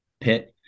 pit